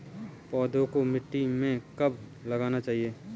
पौधों को मिट्टी में कब लगाना चाहिए?